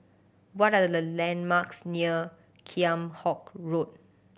what are the landmarks near Kheam Hock Road